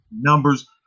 numbers